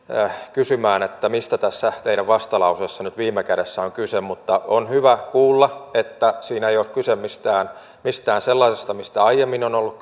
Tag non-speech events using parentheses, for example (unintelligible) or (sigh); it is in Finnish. kysymään mistä tässä teidän vastalauseessanne nyt viime kädessä on kyse mutta on hyvä kuulla että siinä ei ole kyse mistään mistään sellaisesta mistä aiemmin on on ollut (unintelligible)